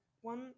one